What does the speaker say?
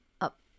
up